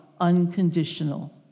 unconditional